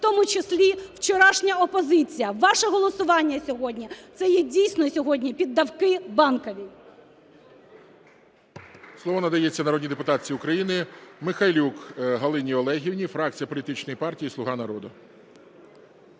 в тому числі вчорашня опозиція. Ваше голосування сьогодні це є дійсно сьогодні піддавки Банковій.